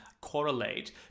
correlate